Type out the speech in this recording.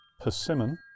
persimmon